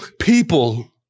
people